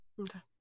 Okay